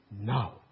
now